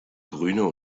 grüne